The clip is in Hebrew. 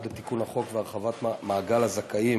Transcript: לתיקון החוק ולהרחבת מעגל הזכאים